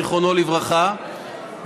זיכרונו לברכה,